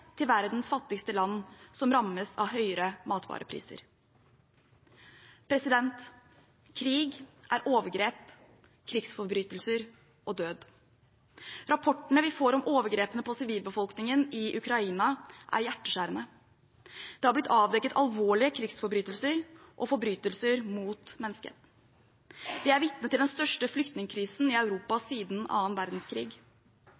til verdens fattigste land, som rammes av høyere matvarepriser. Krig er overgrep, krigsforbrytelser og død. Rapportene vi får om overgrepene mot sivilbefolkningen i Ukraina, er hjerteskjærende. Det har blitt avdekket alvorlige krigsforbrytelser og forbrytelser mot mennesker. Vi er vitne til den største flyktningkrisen i